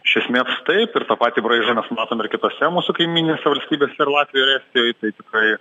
iš esmės taip ir tą patį braižą mes matom ir kitose mūsų kaimyninėse valstybėse ir latvijoj ir estijoj tai tikrai